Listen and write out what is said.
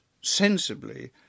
sensibly